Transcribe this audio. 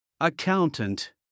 Accountant